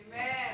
Amen